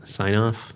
sign-off